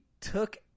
took